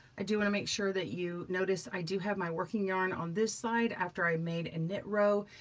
i do wanna make sure that you notice, i do have my working yarn on this side after i made a knit row,